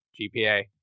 GPA